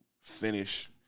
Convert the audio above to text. finish